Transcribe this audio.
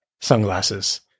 sunglasses